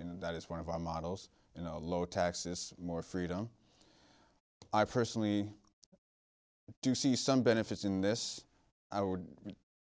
and that is one of our models you know lower taxes more freedom i personally do see some benefits in this i would